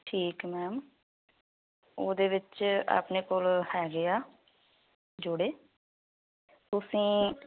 ਠੀਕ ਮੈਮ ਉਹਦੇ ਵਿੱਚ ਆਪਣੇ ਕੋਲ ਹੈਗੇ ਆ ਜੋੜੇ ਤੁਸੀਂ